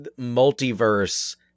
multiverse